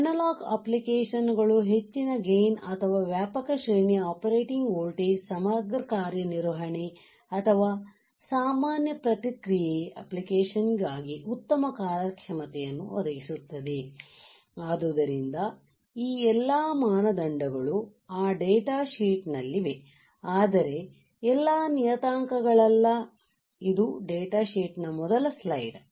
analogue application ಗಳು ಹೆಚ್ಚಿನ gain ಮತ್ತು ವ್ಯಾಪಕ ಶ್ರೇಣಿಯ ಆಪರೇಟಿಂಗ್ ವೋಲ್ಟೇಜ್ ಸಮಗ್ರ ಕಾರ್ಯನಿರ್ವಹಣೆ ಅಥವಾ ಸಾಮಾನ್ಯ ಪ್ರತಿಕ್ರಿಯೆ ಅಪ್ಲಿಕೇಶನ್ ಆಗಿ ಉತ್ತಮ ಕಾರ್ಯಕ್ಷಮತೆಯನ್ನು ಒದಗಿಸುತ್ತದೆ ಆದ್ದರಿಂದ ಈ ಎಲ್ಲಾ ಮಾನದಂಡಗಳು ಆ ಡೇಟಾ ಶೀಟ್ ನಲ್ಲಿವೆ ಆದರೆ ಎಲ್ಲಾ ನಿಯತಾಂಕಗಳಲ್ಲ ಇದು ಡೇಟಾ ಶೀಟ್ ನ ಮೊದಲ ಸ್ಲೈಡ್ ಆಗಿದೆ